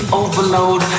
overload